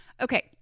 Okay